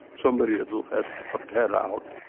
somebody let a pet out,